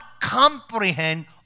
comprehend